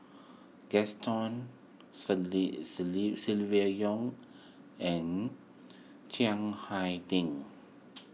Gaston Yong and Chiang Hai Ding